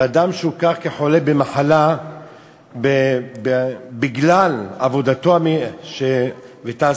ואדם שהוכר כחולה במחלה בגלל עבודתו ותעסוקתו